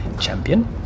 champion